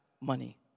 money